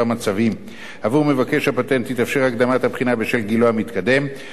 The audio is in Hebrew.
עבור מבקש הפטנט תתאפשר הקדמת הבחינה בשל גילו המתקדם או מצבו הרפואי,